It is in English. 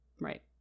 Right